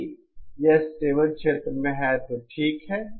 यदि यह स्टेबल क्षेत्र में है तो ठीक है